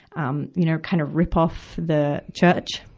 um, you know, kind of rip off the church,